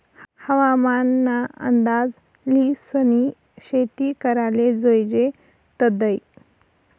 हवामान ना अंदाज ल्हिसनी शेती कराले जोयजे तदय